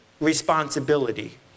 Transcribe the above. responsibility